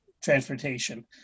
transportation